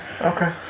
Okay